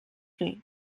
fer